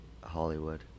Hollywood